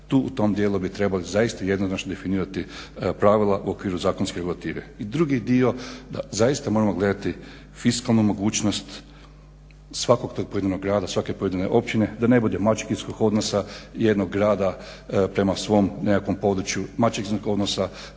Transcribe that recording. Tu u tom dijelu bi trebali zaista jednoznačno definirati pravila u okviru zakonske regulative. I drugi dio da zaista moramo gledati fiskalnu mogućnost svakog tog pojedinog grada, svake pojedine općine da ne bude maćehinskog odnosa jednog grada prema svom nekakvom području, maćehinskog odnosa